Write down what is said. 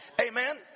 Amen